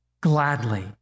Gladly